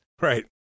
Right